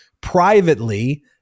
privately